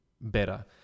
better